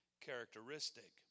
characteristic